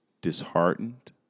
disheartened